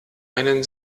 einen